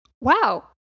wow